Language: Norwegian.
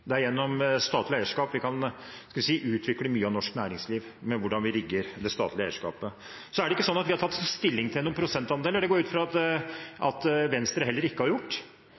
Det er gjennom statlig eierskap og hvordan vi rigger det statlige eierskapet, vi kan utvikle mye av norsk næringsliv. Vi har ikke tatt stilling til noen prosentandel, og det går jeg ut fra at heller ikke Venstre har gjort.